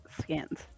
skins